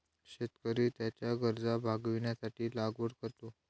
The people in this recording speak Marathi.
शेतकरी त्याच्या गरजा भागविण्यासाठी लागवड करतो